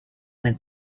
with